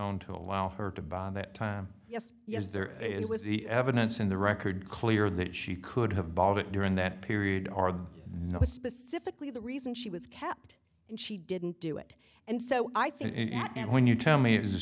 on to allow her to bond that time yes yes there it was the evidence in the record clear that she could have bought it during that period are not specifically the reason she was kept and she didn't do it and so i think that and when you tell me